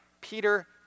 Peter